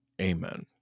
Amen